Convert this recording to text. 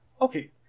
okay